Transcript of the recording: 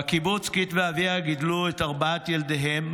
בקיבוץ קית' ואביבה גידלו את ארבעת ילדיהם,